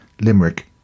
Limerick